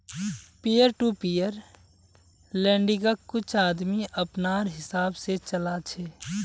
peer to peer लेंडिंग्क कुछ आदमी अपनार हिसाब से चला छे